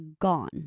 gone